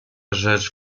rzecz